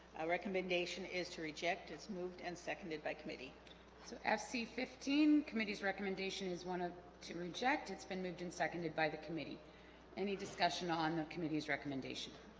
recommendation is to reject its moved and seconded by committee so fc fifteen committee's recommendation is one of to reject it's been moved and seconded by the committee any discussion on the committee's recommendation